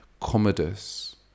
Commodus